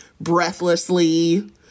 breathlessly